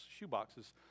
shoeboxes